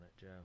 joe